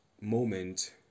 moment